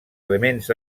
elements